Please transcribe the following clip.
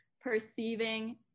perceiving